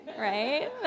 right